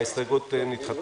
ההסתייגות נדחתה.